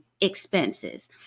expenses